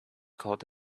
called